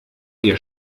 ihr